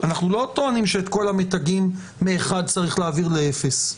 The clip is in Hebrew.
אנחנו לא טוענים שאת כל המתגים מ-1 צריך להעביר לאפס,